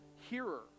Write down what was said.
hearer